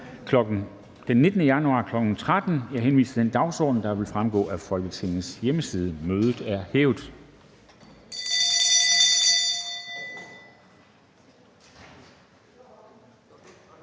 onsdag den 19. januar 2022, kl. 13.00. Jeg henviser til den dagsorden, der vil fremgå af Folketingets hjemmeside. Mødet er hævet.